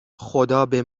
خدابه